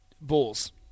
Bulls